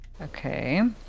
Okay